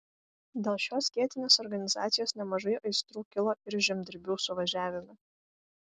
dėl šios skėtinės organizacijos nemažai aistrų kilo ir žemdirbių suvažiavime